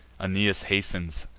aeneas hastens,